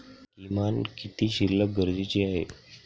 किमान किती शिल्लक गरजेची आहे?